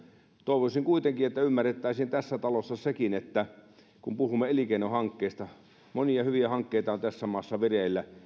toivoisin kuitenkin että ymmärrettäisiin tässä talossa sekin kun puhumme elinkeinohankkeista että monia hyviä hankkeita on tässä maassa vireillä